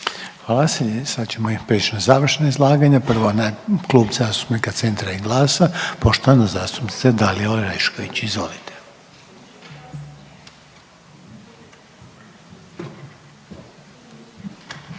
Hvala. Sad ćemo prijeći na završna izlaganja. Prvo Klub zastupnika Centra i GLAS-a, poštovana zastupnica Dalija Orešković, izvolite.